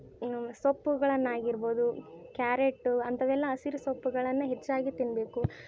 ಸೊಪ್ಪುಗಳನ್ನಾಗಿರ್ಬೌದು carrot ಅಂಥವೆಲ್ಲ ಹಸಿರು ಸೊಪ್ಪುಗಳನ್ನು ಹೆಚ್ಚಾಗಿ ತಿನ್ನಬೇಕು